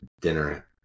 Dinner